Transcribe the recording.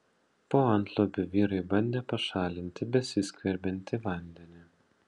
po antlubiu vyrai bandė pašalinti besiskverbiantį vandenį